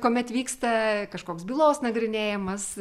kuomet vyksta kažkoks bylos nagrinėjimas